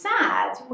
sad